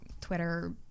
Twitter